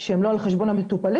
שהם לא על חשבון המטופלים,